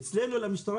אצלנו המשטרה,